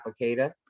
applicator